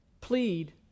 Plead